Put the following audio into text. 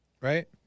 right